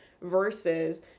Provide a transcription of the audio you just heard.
versus